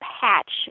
patch